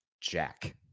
jack